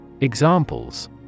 Examples